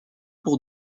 pour